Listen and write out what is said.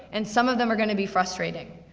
and some of them are gonna be frustrating.